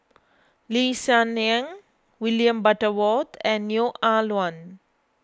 Lee Hsien Yang William Butterworth and Neo Ah Luan